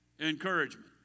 encouragement